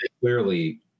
clearly